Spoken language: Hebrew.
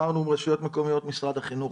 אמרנו: רשויות מקומיות ומשרד החיסום.